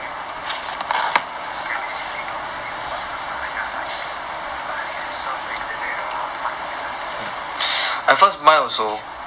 I go my cabinet take go see got what first lah I just as long as can surf the internet ah I'm fine already lah I don't need to play game